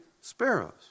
sparrows